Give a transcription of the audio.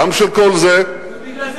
גם של כל זה וגם את ההחלטות,